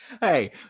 Hey